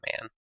man